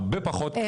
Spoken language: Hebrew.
הרבה פחות קשוחים.